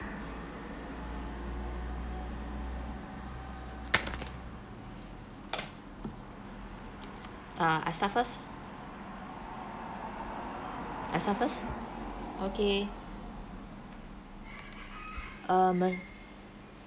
ah I start first I start first okay uh